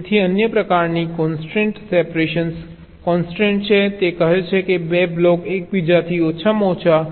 તેથી અન્ય પ્રકારની કોન્સ્ટ્રેન્ટ એ સેપરેશન કોન્સ્ટ્રેન્ટ છે તે કહે છે કે 2 બ્લોક એકબીજાથી ઓછામાં ઓછા